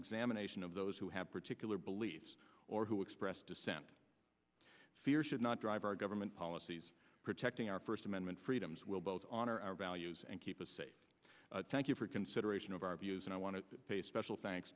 examination of those who have particular beliefs or who express dissent fear should not drive our government policies protecting our first amendment freedoms will vote on our values and keep us safe thank you for consideration of our views and i want to pay special thanks